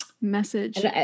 message